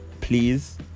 please